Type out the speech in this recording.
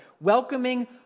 welcoming